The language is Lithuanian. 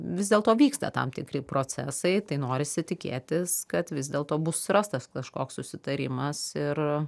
vis dėlto vyksta tam tikri procesai tai norisi tikėtis kad vis dėlto bus rastas kažkoks susitarimas ir